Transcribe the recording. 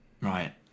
Right